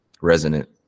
resonant